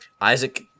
Isaac